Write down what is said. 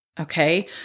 okay